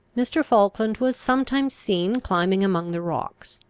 mr. falkland was sometimes seen climbing among the rocks,